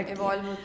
evolve